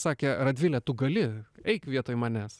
sakė radvile tu gali eik vietoj manęs